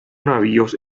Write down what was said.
navíos